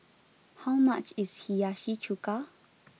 how much is Hiyashi chuka